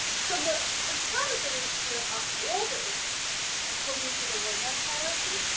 so the the categories here are ordered according to the wordnet hierarchy.